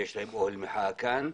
יש להם אוהל מחאה כאן.